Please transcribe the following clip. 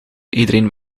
iedereen